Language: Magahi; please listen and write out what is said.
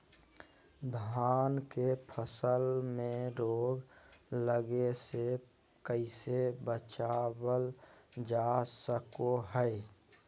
धान के फसल में रोग लगे से कैसे बचाबल जा सको हय?